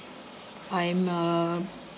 I'm uh